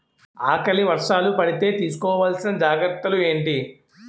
ఆకలి వర్షాలు పడితే తీస్కో వలసిన జాగ్రత్తలు ఏంటి?